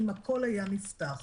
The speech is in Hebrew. אם הכול היה נפתח.